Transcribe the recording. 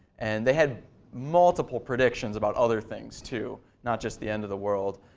and they had multiple predictions about other things too, not just the end of the world.